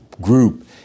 group